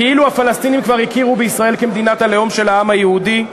כאילו הפלסטינים כבר הכירו בישראל כמדינת הלאום של העם היהודי.